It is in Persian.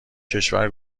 کشورا